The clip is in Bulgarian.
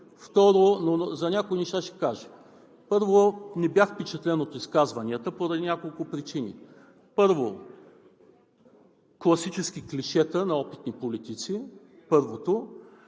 Второ… За някои неща ще кажа. Първо, не бях впечатлен от изказванията поради няколко причини: класически клишета на опитни политици – първото.